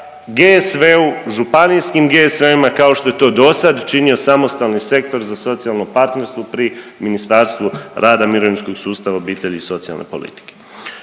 GSV-u, županijskim GSV-ovima, kao što je to dosad činio samostalni Sektor za socijalno partnerstvo pri Ministarstvu rada, mirovinskog sustava, obitelji i socijalne politike.